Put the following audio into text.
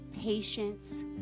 patience